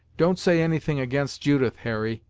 don't say any thing against judith, harry,